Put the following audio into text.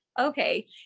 okay